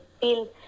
feel